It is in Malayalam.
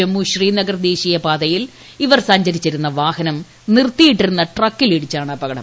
ജമ്മു ശ്രീനഗർ ദേശീയപാതയിൽ ഇവർ സഞ്ചരിച്ചിരുന്ന വാഹനം നിർത്തിയിട്ടിരുന്ന ട്രക്കിലിടിച്ചാണ് അപകടം